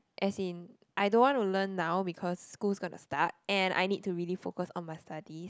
as in I don't wanna learn now because school is gonna start and I need to really focus on my studies